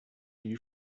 you